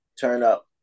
turn-up